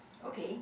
okay